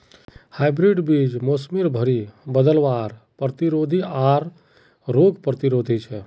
hybrid बीज मोसमेर भरी बदलावर प्रतिरोधी आर रोग प्रतिरोधी छे